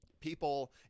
people